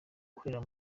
ikorera